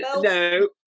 no